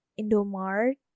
indomart